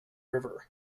river